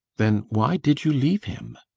then why did you leave him?